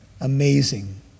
Amazing